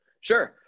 Sure